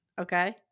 Okay